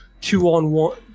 two-on-one